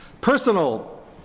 personal